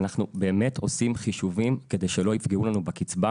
אנחנו באמת עושים חישובים כדי שלא יפגעו לנו בקצבה